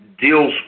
deals